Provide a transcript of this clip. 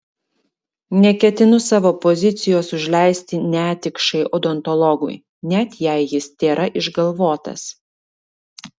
neketinu savo pozicijos užleisti netikšai odontologui net jei jis tėra išgalvotas